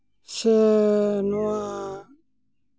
ᱥᱮ ᱱᱚᱣᱟ